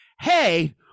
hey